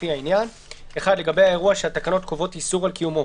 לפי העניין: (1)לגבי אירוע שהתקנות קובעות איסור על קיומו,